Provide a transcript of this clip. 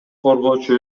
коргоочу